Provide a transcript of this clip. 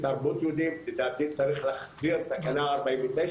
לדעתי צריך להכניס את התקנה הזו,